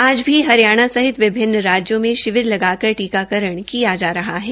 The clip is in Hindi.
आज भी हरियाणा सहित विभिन्न राज्यों मे शिविर लगाकर टीकाकरण किया जा रहा है